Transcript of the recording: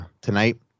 tonight